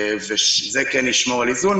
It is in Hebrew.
זה כן ישמור על איזון,